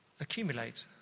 accumulate